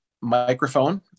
microphone